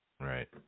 Right